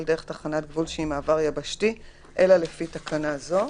דרך תחנת גבול שהיא מעבר יבשתי אלא לפי תקנה זו.